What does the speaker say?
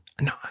No